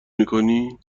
میکنی